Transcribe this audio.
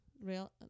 Real